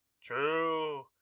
True